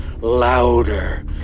louder